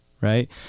right